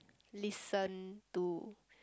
listen to